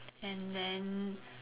and then